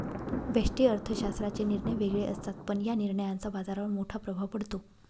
व्यष्टि अर्थशास्त्राचे निर्णय वेगळे असतात, पण या निर्णयांचा बाजारावर मोठा प्रभाव पडतो